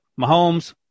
Mahomes